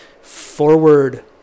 forward